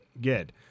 get